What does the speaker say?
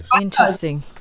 Interesting